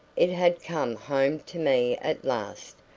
it had come home to me at last,